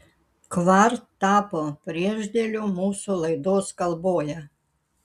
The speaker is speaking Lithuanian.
kvar tapo priešdėliu mūsų laidos kalboje